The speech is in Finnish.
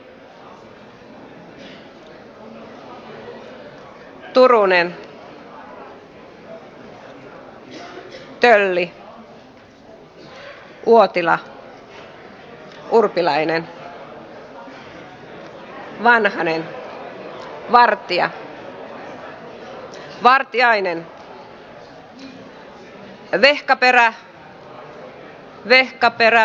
omröstningsresultatet avkunnas